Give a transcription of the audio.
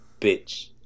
bitch